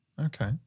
Okay